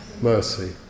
mercy